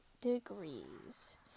degrees